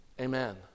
Amen